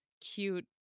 cute